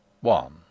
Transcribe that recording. One